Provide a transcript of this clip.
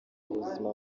ubuzima